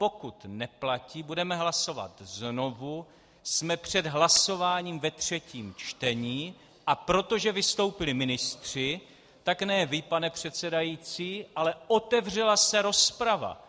Pokud neplatí, budeme hlasovat znovu, jsme před hlasováním ve třetím čtení, a protože vystoupili ministři, tak ne vy, pane předsedající, ale otevřela se rozprava.